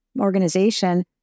organization